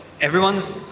everyone's